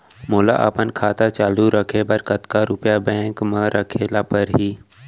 मोला अपन खाता चालू रखे बर कतका रुपिया बैंक म रखे ला परही?